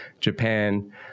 Japan